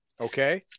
Okay